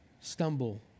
stumble